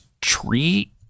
tree